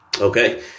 Okay